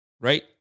Right